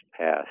passed